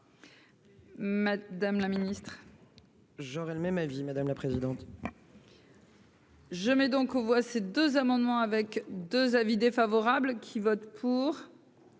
Madame la Ministre. J'aurais le même avis, madame la présidente. Je mets donc aux voix ces deux amendements avec 2 avis défavorables qui vote pour.